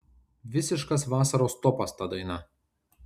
visiškas vasaros topas ta daina